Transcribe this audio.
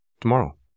tomorrow